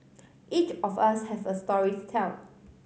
each of us has a story to tell